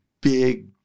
big